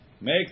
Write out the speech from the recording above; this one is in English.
make